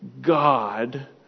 God